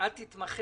אני מבקש